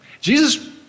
Jesus